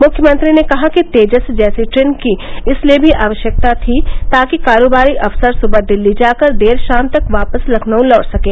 मुख्यमंत्री ने कहा कि तेजस जैसी ट्रेन की इसलिए भी आवश्यकता थी ताकि कारोबारी अफसर सुबह दिल्ली जा कर देर शाम तक वापस लखनऊ लौट सकें